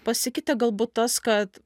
pasikeitė galbūt tas kad